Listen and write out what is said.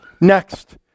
Next